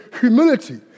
humility